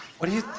what do you